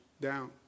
down